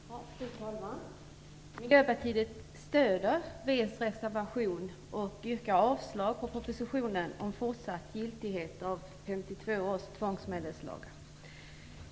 Fru talman! Miljöpartiet stöder Vänsterpartiets reservation och yrkar avslag på propositionen om fortsatt giltigthet av 1952 års tvångsmedelslag.